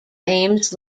aims